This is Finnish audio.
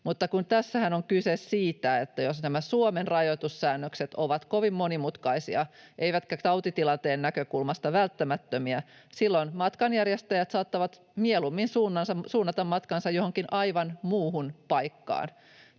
Mutta tässähän on kyse siitä, että jos nämä Suomen rajoitussäännökset ovat kovin monimutkaisia eivätkä tautitilanteen näkökulmasta välttämättömiä, silloin matkanjärjestäjät saattavat mieluummin suunnata matkansa johonkin aivan muuhun paikkaan.